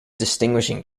distinguishing